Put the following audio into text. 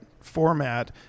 format